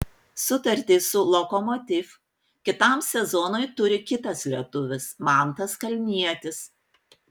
sutartį su lokomotiv kitam sezonui turi kitas lietuvis mantas kalnietis